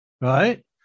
right